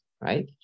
right